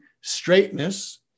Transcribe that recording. straightness